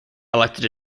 elected